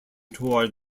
toward